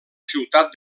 ciutat